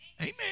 Amen